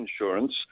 insurance